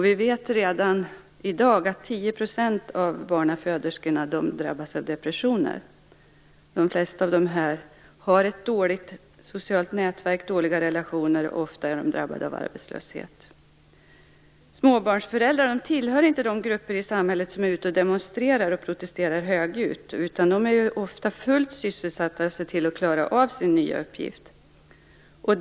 Vi vet redan i dag att 10 % av barnaföderskorna drabbas av depressioner. De flesta av dem har ett dåligt socialt nätverk, dåliga relationer och är ofta drabbade av arbetslöshet. Småbarnsföräldrar hör inte till de grupper i samhället som är ute i samhället och demonstrerar och protesterar högljutt. De är ofta fullt sysselsatta med att se till att klara av sin nya uppgift.